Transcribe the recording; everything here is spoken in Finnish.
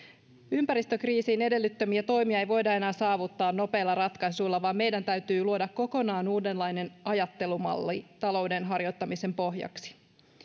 ympäristökriisin edellyttämiä toimia ei voida enää saavuttaa nopeilla ratkaisuilla vaan meidän täytyy luoda kokonaan uudenlainen ajattelumalli talouden harjoittamisen pohjaksi